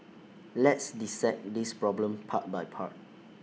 let's dissect this problem part by part